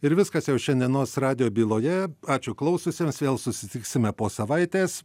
ir viskas jau šiandienos radijo byloje ačiū klausiusiems vėl susitiksime po savaitės